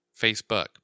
Facebook